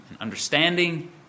understanding